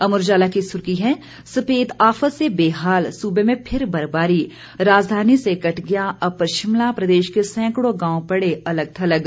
अमर उजाला की सुर्खी है सफेद आफत से बेहाल सूबे में फिर बर्फबारी राजधानी से कट गया अपर शिमला प्रदेश के सैंकड़ों गांव पड़े अलग थलग